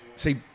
See